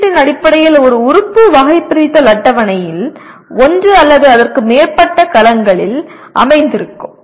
குறியீட்டின் அடிப்படையில் ஒரு உறுப்பு வகைபிரித்தல் அட்டவணையின் ஒன்று அல்லது அதற்கு மேற்பட்ட கலங்களில் அமைந்திருக்கும்